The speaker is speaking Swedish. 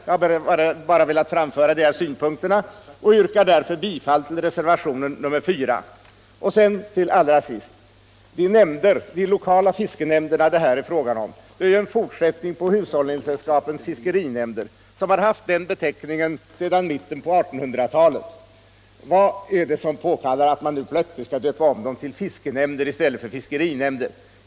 Jag har bara velat framföra dessa synpunkter och yrkar nu bifall till reservationen 4. Slutligen är ju de lokala fiskenämnder som det här är fråga om en fortsättning på hushållningssällskapens fiskerinämnder, som har haft den beteckningen sedan mitten på 1800-talet. Vad är det som påkallar att man nu plötsligt skall döpa om dem till fiskenämnder i stället för fiskerinämnder?